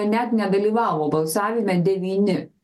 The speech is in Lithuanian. net nedalyvavo balsavime devyni